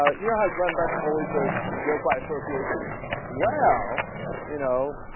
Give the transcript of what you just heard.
ah you know how glenn beck always those guilt by association well you know